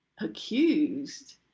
accused